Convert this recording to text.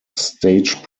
stage